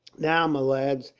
now, my lads,